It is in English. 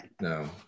No